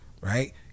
right